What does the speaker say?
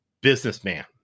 businessman